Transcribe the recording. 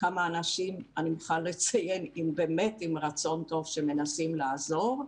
כמה אנשים עם רצון טוב שמנסים לעזור.